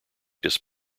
disc